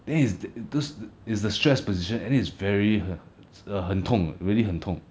then is those is the stress position and then it's very 很 err 很痛的 really 很痛